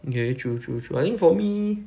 ya true true true I think for me